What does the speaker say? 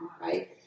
right